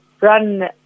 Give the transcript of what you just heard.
run